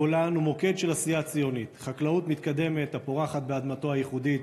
הגולן הוא מוקד של עשייה ציונית: חקלאות מתקדמת הפורחת באדמתו הייחודית,